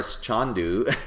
Chandu